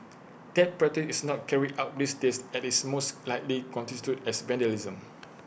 that practice is not carried out these days as IT most likely constitutes as vandalism